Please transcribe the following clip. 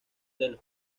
del